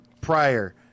prior